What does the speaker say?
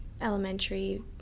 elementary